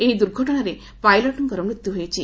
ଏହି ଦୁର୍ଘଟଣାରେ ପାଇଲ୍ଟଙ୍କର ମୃତ୍ୟୁ ହୋଇଛି